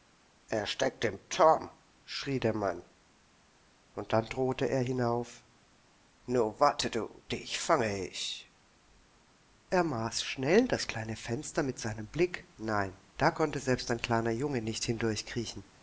er steckt im turm schrie der mann und dann drohte er hinauf nu warte du dich fange ich er maß schnell das kleine fenster mit seinem blick nein da konnte selbst ein kleiner junge nicht